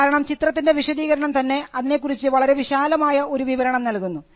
കാരണം ചിത്രത്തിൻറെ വിശദീകരണം തന്നെ അതിനെ കുറിച്ച് വളരെ വിശാലമായ ഒരു വിവരണം നൽകുന്നു